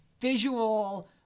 visual